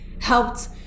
helped